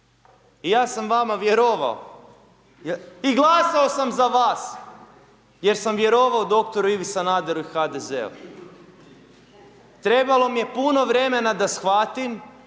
ja sam vama vjerovao i glasao sam za vas, jer sam vjerovao doktoru Ivu Sanaderu i HDZ-u. Trebalo mi je puno vremena da shvatim